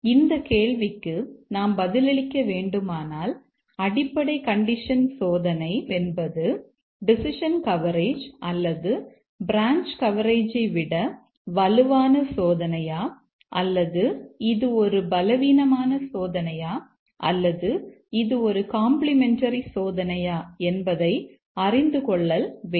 இந்த கேள்விக்கு நாம் பதிலளிக்க வேண்டுமானால் அடிப்படை கண்டிஷன் சோதனை என்பது டெசிஷன் கவரேஜ் அல்லது பிரான்ச் கவரேஜை விட வலுவான சோதனையா அல்லது இது ஒரு பலவீனமான சோதனையா அல்லது இது ஒரு காம்பிளிமெண்டரி சோதனையா என்பதை அறிந்து கொள்ளல் வேண்டும்